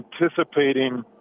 anticipating